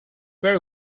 very